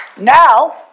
Now